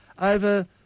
over